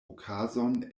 okazon